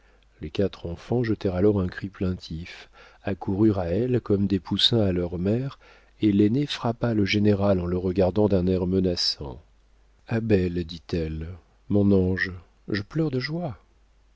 les quatre enfants jetèrent alors un cri plaintif accoururent à elle comme des poussins à leur mère et l'aîné frappa le général en le regardant d'un air menaçant abel dit-elle mon ange je pleure de joie